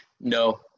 No